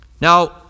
Now